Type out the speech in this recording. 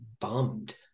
bummed